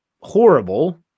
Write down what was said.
horrible